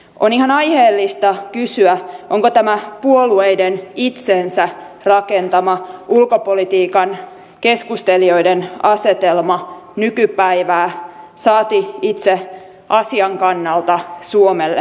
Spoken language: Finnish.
on ihan aiheellista kysyä onko tämä puolueiden itsensä rakentama ulkopolitiikan keskustelijoiden asetelma nykypäivää saati itse asian kannalta suomelle eduksi